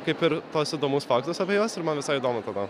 kaip ir tuos įdomus faktas apie juos ir man visai įdomu tada